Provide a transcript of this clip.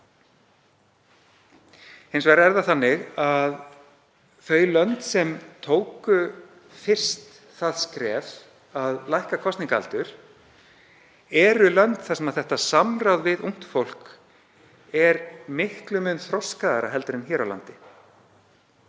Hins vegar er það þannig að þau lönd sem tóku fyrst það skref að lækka kosningaaldur eru lönd þar sem samráð við ungt fólk er miklum mun þroskaðra en hér á landi.